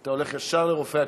היית הולך ישר לרופא הכנסת.